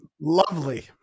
Lovely